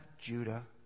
Judah